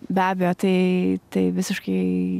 be abejo tai tai visiškai